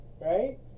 right